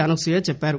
అనసూయ చెప్పారు